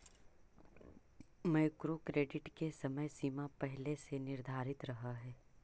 micro credit के समय सीमा पहिले से निर्धारित रहऽ हई